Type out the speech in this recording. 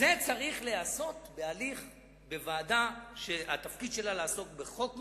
זה צריך להיעשות בוועדה שהתפקיד שלה לעסוק בחוק מסוים.